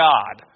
God